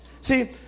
See